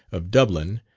of dublin,